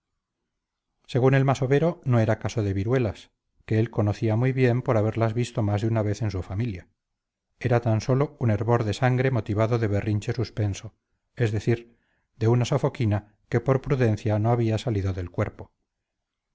según el masovero no era caso de viruelas que él conocía muy bien por haberlas visto más de una vez en su familia era tan sólo un hervor de sangre motivado de berrinche suspenso es decir de una sofoquina que por prudencia no había salido del cuerpo